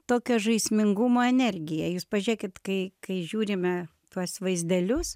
tokio žaismingumo energija jūs pažiūrėkit kai kai žiūrime tuos vaizdelius